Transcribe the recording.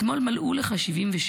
אתמול מלאו לך 76,